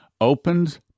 opens